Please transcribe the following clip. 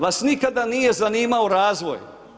Vas nikada nije zanimao razvoj.